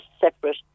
separate